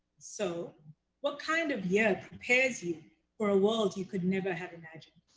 so what kind of year prepares you for a world you could never have imagined?